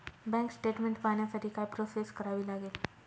Bank statement पाहण्यासाठी काय process करावी लागेल?